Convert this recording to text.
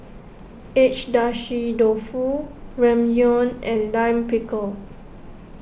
Agedashi Dofu Ramyeon and Lime Pickle